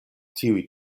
tiuj